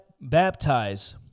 baptize